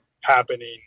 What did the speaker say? happening